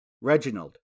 Reginald